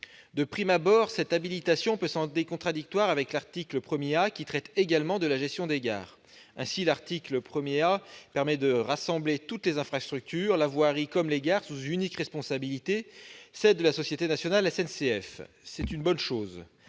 De prime abord, cette habilitation peut sembler contradictoire avec l'article 1 A qui traite également de la gestion des gares. Ainsi, l'article 1 A permet de rassembler toutes les infrastructures, la voirie comme les gares, sous une unique responsabilité, celle de la société nationale SNCF. C'est une bonne chose.